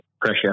pressure